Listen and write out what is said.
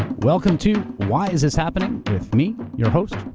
welcome to why is this happening with me, your host,